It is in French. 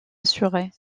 assurée